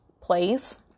place